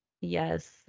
Yes